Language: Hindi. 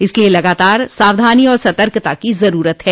इसलिये लगातार सावधानी और सतर्कता की जरूरत है